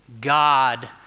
God